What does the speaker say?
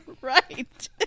right